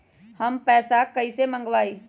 हम पैसा कईसे मंगवाई?